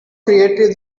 creative